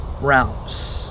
realms